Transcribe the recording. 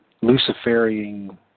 luciferian